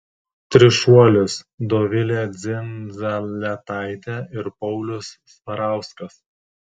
trišuolis dovilė dzindzaletaitė ir paulius svarauskas